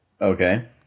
Okay